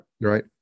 Right